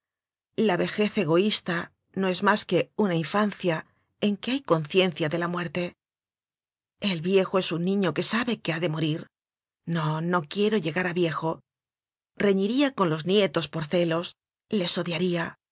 la vejez egoísta no es más que una infancia en que hay conciencia de la muerte el viejo es un niño que sabe que ha de morir no no quie ro llegar a viejo reñiría con los nietos por celos les odiaría